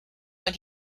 when